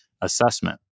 assessment